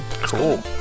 Cool